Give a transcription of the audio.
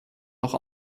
noch